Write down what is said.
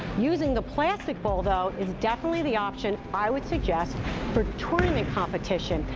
using the plastic ball though is definitely the option i would suggest for tournament competition.